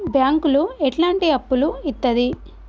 బ్యాంకులు ఎట్లాంటి అప్పులు ఇత్తది?